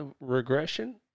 regression